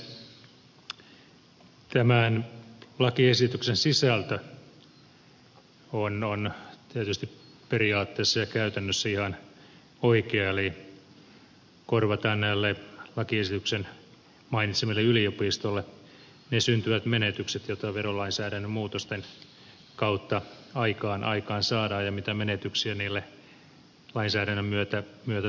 tämän lakiesityksen sisältö on tietysti periaatteessa ja käytännössä ihan oikea eli korvataan näille lakiesityksen mainitsemille yliopistoille ne syntyvät menetykset joita verolainsäädännön muutosten kautta aikaansaadaan ja mitä menetyksiä niille lainsäädännön myötä tulee